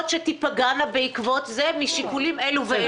שתיפגענה בעקבות זאת משיקולים אלו ואלו.